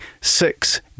six